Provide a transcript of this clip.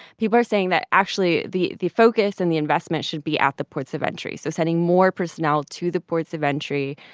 people are saying that, actually, the the focus and the investment should be at the ports of entry so sending more personnel to the ports of entry,